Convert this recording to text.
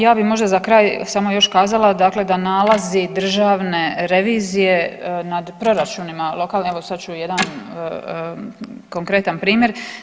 Ja bi možda za kraj samo još kazala dakle da nalazi državne revizije nad proračunima lokalne, evo sad ću jedan konkretan primjer.